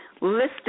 listed